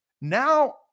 now